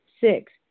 Six